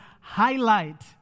highlight